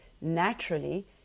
naturally